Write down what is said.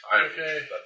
Okay